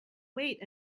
wait